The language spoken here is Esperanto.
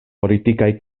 politikaj